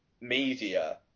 media